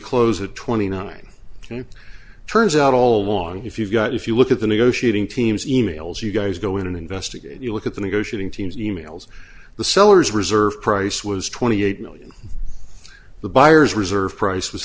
close at twenty nine turns out all long if you've got if you look at the negotiating teams emails you guys go in and investigate you look at the negotiating teams emails the sellers reserve price was twenty eight million the buyers reserve price